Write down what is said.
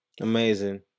Amazing